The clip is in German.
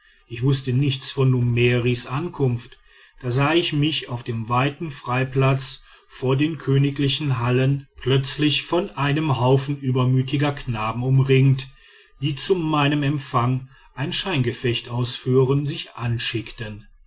ich wußte nichts von mummeris ankunft da sah ich mich auf dem weiten freiplatz vor den königlichen hallen plötzlich von einem haufen übermütiger knaben umringt die zu meinem empfang ein scheingefecht auszuführen sich anschickten